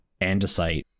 andesite